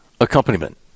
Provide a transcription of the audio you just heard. accompaniment